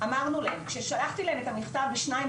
אמרנו להם כששלחתי להם את המכתב ב-2 במאי,